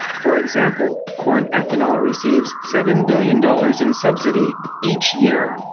for example, corn ethanol receives seven billion dollars in subsidy each year.